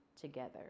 together